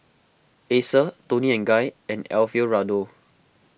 Acer Toni and Guy and Alfio Raldo